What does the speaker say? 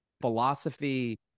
philosophy